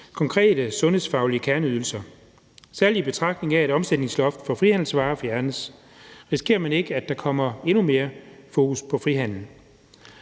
konkrete sundhedsfaglige kerneydelser, særlig i betragtning af at omsætningsloftet for frihandelsvarer fjernes, og om man så ikke risikerer, at der kommer endnu mere fokus på frihandel.